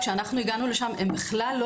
כשהגענו לשם הם כלל לא